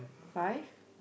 five